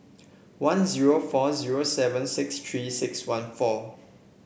one zero four zero seven six Three six one four